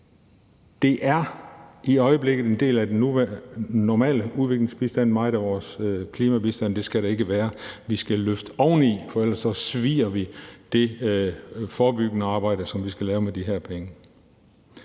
er i øjeblikket en del af den normale udviklingsbistand; det skal det ikke være. Vi skal lægge ovenpå, for ellers svier vi det forebyggende arbejde, som vi skal lave med de her penge.